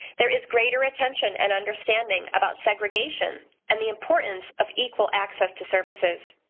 there is greater attention and understanding about segregation and the importance of equal access to services.